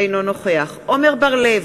אינו נוכח עמר בר-לב,